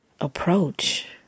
approach